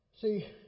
See